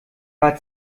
war